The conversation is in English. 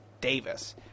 Davis